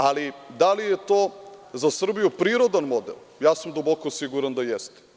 Ali, da li je to za Srbiju prirodan model, duboko sam siguran da jeste.